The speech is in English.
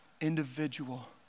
individual